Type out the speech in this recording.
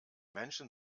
menschen